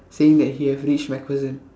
saying that he have reached MacPherson